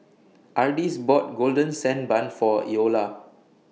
Ardis bought Golden Sand Bun For Eola